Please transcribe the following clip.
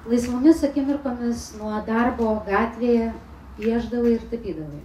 laisvomis akimirkomis nuo darbo gatvėje piešdavai ir tapydavai